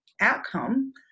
outcome